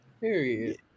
Period